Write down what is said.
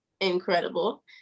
incredible